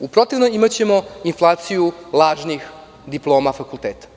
U protivnom, imaćemo inflaciju lažnih diploma fakulteta.